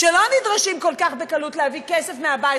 שלא נדרשים כל כך בקלות להביא כסף מהבית,